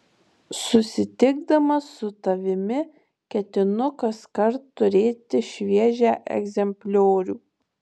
susitikdamas su tavimi ketinu kaskart turėti šviežią egzempliorių